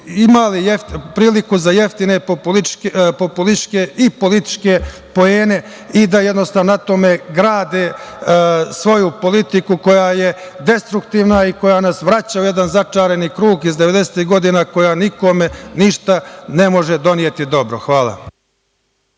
imali priliku za jeftine populističke, političke poene i da na tome grade svoju politiku koja je destruktivna i koja nas vraća u jedan začarani krug iz devedesetih godina, koja nikome ništa ne može doneti dobro. Hvala.